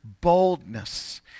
boldness